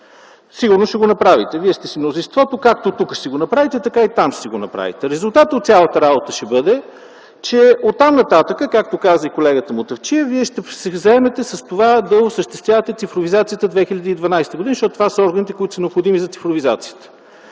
Сигурно ще го направите - вие сте си мнозинство и както тук ще си го направите, така и там ще си го направите. Резултатът от цялата работа ще бъде, че оттам нататък, както каза и колегата Мутафчиев, вие ще се заемете с това да осъществявате цифровизацията през 2012 г., защото това са органите, необходими за цифровизацията.